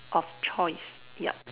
of choice yup